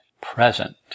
present